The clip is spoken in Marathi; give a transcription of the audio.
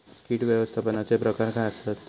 कीड व्यवस्थापनाचे प्रकार काय आसत?